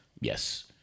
Yes